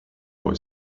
boy